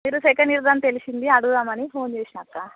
మీరు second year అని తెలిసింది అడుగుదాము అని ఫోన్ చేసిన అక్క